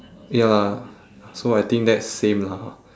ya lah so I think that's same lah